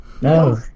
No